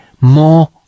more